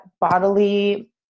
bodily